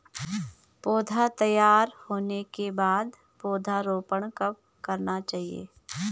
पौध तैयार होने के बाद पौधा रोपण कब करना चाहिए?